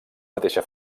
mateixa